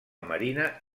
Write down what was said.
marina